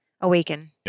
Awaken